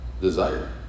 desire